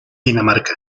dinamarca